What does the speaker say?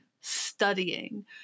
studying